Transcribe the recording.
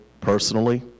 personally